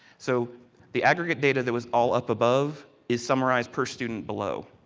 so the aggregate data that was all up above, is summarized per student below.